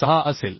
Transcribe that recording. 606 असेल